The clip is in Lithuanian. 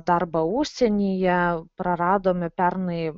darbą užsienyje praradome pernai